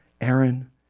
Aaron